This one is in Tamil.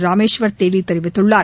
ராமேஸ்வர் தேலி தெரிவித்துள்ளார்